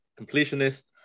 completionist